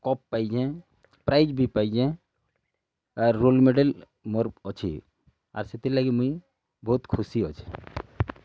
cup ପାଇଚେଁ prize ବି ପାଇଚେଁ ଆରୁ ଗୋଲ୍ଡ୍ ମେଡ଼େଲ୍ ମୋର ଅଛେଁ ଆର୍ ସେତିର୍ଲାଗି ମୁଇଁ ବହୁତ୍ ଖୁସି ଅଛେଁ